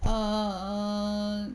err